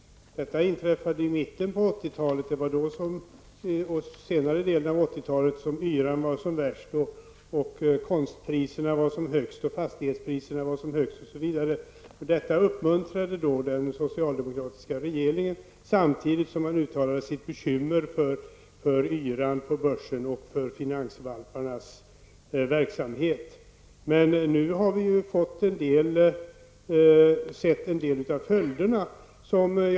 Detta inträffade i mitten på 80-talet. Det var då yran var som värst och priserna på konst, fastigheter m.m. var som högst. Detta uppmuntrade den socialdemokratiska regeringen, samtidigt som den uttalade sin bekymran över yran på börsen och finansvalparnas verksamhet. Vi har nu sett en hel del av följderna.